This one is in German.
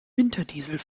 winterdiesel